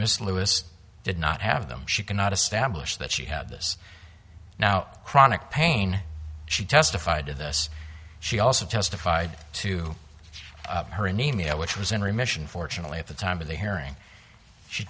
miss lewis did not have them she cannot establish that she had this now chronic pain she testified to this she also testified to her anemia which was in remission fortunately at the time of the hearing